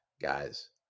guys